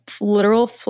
literal